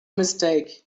mistake